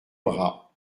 bras